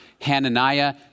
Hananiah